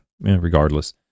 regardless